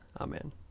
Amen